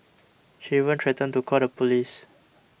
she even threatened to call the police